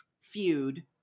Feud